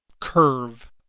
curve